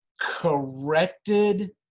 corrected